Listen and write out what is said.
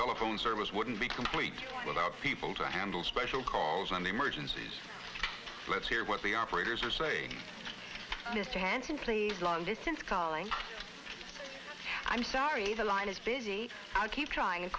telephone service wouldn't be complete without people to handle special calls on the emergencies let's hear the operators are saying mr hanson please long distance calling i'm sorry the line is busy i keep trying